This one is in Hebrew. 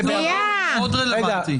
הוא מאוד רלוונטי.